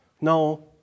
No